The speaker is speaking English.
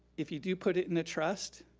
if you do put it in a trust,